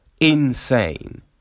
insane